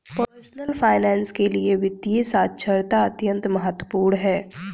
personal finance के लिए वित्तीय साक्षरता अत्यंत महत्वपूर्ण है